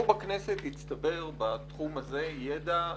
פה בכנסת הצטבר בתחום זה ידע רציני.